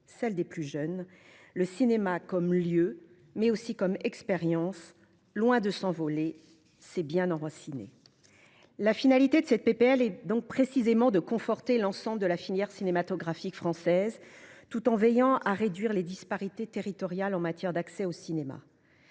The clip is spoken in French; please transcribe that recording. celles des plus jeunes. Le cinéma, comme lieu et comme expérience, loin de s’envoler, s’est bien enraciné. La finalité de cette proposition de loi est précisément de conforter l’ensemble de la filière cinématographique française, tout en veillant à réduire les disparités territoriales en matière d’accès au cinéma.